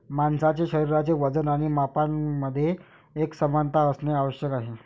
माणसाचे शरीराचे वजन आणि मापांमध्ये एकसमानता असणे आवश्यक आहे